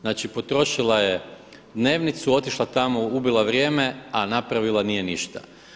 Znači potrošila je dnevnicu, otišla tamo, ubila vrijeme, a napravila nije ništa.